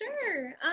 Sure